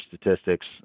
statistics